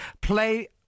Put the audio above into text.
play